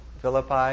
Philippi